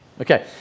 Okay